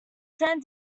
san